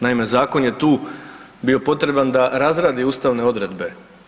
Naime, zakon je tu bio potreban da razradi ustavne odredbe.